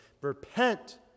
repent